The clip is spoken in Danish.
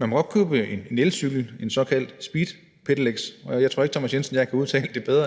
man må godt købe en elcykel, en såkaldt speedpedelec – jeg tror ikke, hr. Thomas Jensen, at jeg kan udtale det bedre